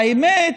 והאמת,